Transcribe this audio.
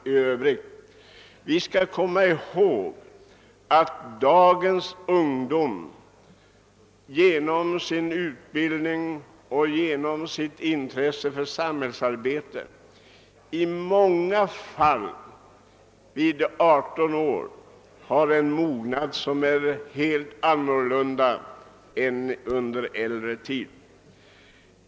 Vi skall emellertid komma ihåg att dagens ungdom genom sin utbildning och genom sitt intresse för samhällsarbetet i många fall vid 18 år har en helt annan mognad än vad som var fallet under äldre tid.